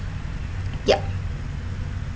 yup